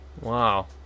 Wow